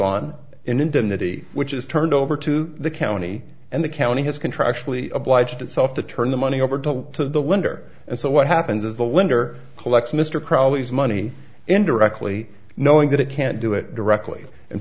indemnity which is turned over to the county and the county has contractually obliged itself to turn the money over to the to the wonder and so what happens is the lender collects mr crawley's money indirectly knowing that it can't do it directly and